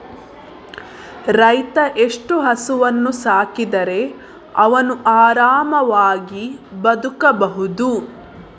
ರೈತ ಎಷ್ಟು ಹಸುವನ್ನು ಸಾಕಿದರೆ ಅವನು ಆರಾಮವಾಗಿ ಬದುಕಬಹುದು?